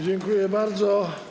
Dziękuję bardzo.